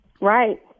Right